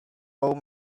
old